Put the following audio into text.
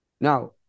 Now